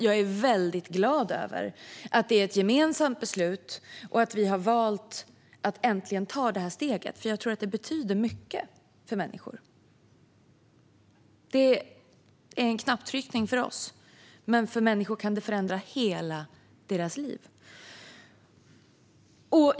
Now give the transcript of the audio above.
Jag är väldigt glad över att det är ett gemensamt beslut och att vi har valt att äntligen ta detta steg. Jag tror att det betyder mycket för människor. Det är en knapptryckning för oss, men för vissa människor kan det förändra hela deras liv.